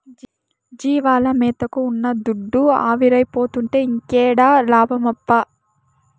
జీవాల మేతకే ఉన్న దుడ్డు ఆవిరైపోతుంటే ఇంకేడ లాభమప్పా